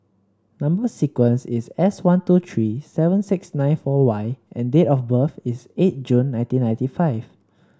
number sequence is S one two three seven six nine four Y and date of birth is eight June nineteen ninety five